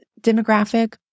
demographic